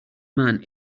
man